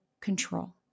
control